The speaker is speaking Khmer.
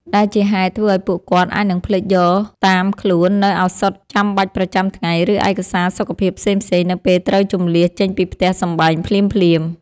ដែលជាហេតុធ្វើឱ្យពួកគាត់អាចនឹងភ្លេចយកតាមខ្លួននូវឱសថចាំបាច់ប្រចាំថ្ងៃ ឬឯកសារសុខភាពផ្សេងៗនៅពេលត្រូវជម្លៀសចេញពីផ្ទះសម្បែងភ្លាមៗ។